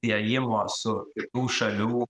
įėjimo su kitų šalių